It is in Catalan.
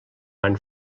van